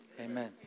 Amen